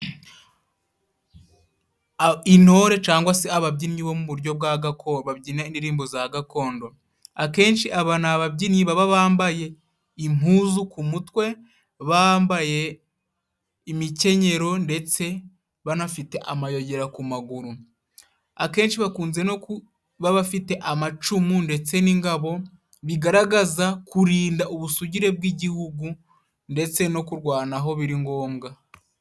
Intore cyangwa se ababyinnyi babyina indirimbo za gakondo, akenshi aba ni ababyinnyi baba bambaye impuzu ku mutwe, bambaye imikenyero ndetse banafite amayogera ku maguru, akenshi bakunze no kuba bafite amacumu ndetse n'ingabo, bigaragaza kurinda ubusugire bw'Igihugu ndetse no kurwanaho biri ngombwa.